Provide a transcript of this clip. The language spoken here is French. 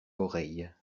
oreilles